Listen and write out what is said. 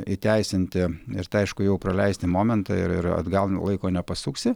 įteisinti ir tą aišku jau praleisti momentą ir atgal laiko nepasuksi